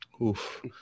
Oof